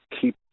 keep